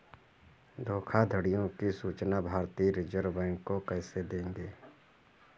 धोखाधड़ियों की सूचना भारतीय रिजर्व बैंक को कैसे देंगे?